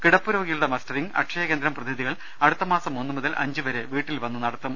കിടപ്പുരോഗികളുടെ mustering അക്ഷയകേന്ദ്രം പ്രതിനിധികൾ അടുത്ത മാസം ഒന്നുമുതൽ അഞ്ചുവരെ വീട്ടിൽവന്ന് നടത്തും